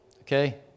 Okay